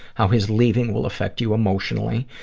how his leaving will affect you emotionally,